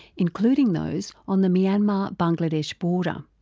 including those on the myanmar bangladesh border.